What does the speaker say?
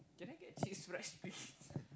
can I get cheese fries please